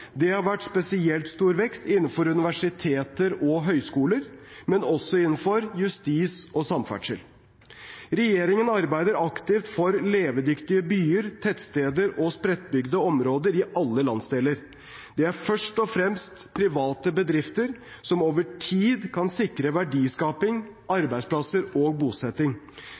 Det har vært spesielt stor vekst ved universiteter og høyskoler, men også innenfor justis og samferdsel. Regjeringen arbeider aktivt for levedyktige byer, tettsteder og spredtbygde områder i alle landsdeler. Det er først og fremst private bedrifter som over tid kan sikre verdiskaping, arbeidsplasser og bosetting.